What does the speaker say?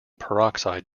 peroxide